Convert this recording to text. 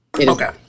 Okay